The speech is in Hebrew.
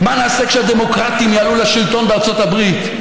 מה נעשה כשהדמוקרטים יעלו לשלטון בארצות הברית?